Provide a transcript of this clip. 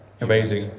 amazing